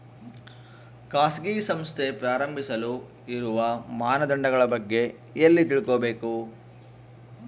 ಖಾಸಗಿ ಸಂಸ್ಥೆ ಪ್ರಾರಂಭಿಸಲು ಇರುವ ಮಾನದಂಡಗಳ ಬಗ್ಗೆ ಎಲ್ಲಿ ತಿಳ್ಕೊಬೇಕು?